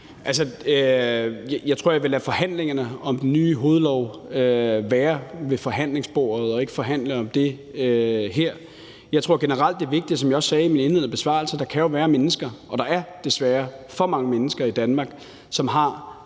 Jeg tror, jeg vil lade forhandlingerne om den ny hovedlov være ved forhandlingsbordet og ikke forhandle om det her. Jeg tror generelt, som jeg også sagde i min indledende besvarelse, at det er vigtigt at sige, at der jo kan være og desværre er for mange mennesker i Danmark, som har